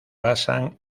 basan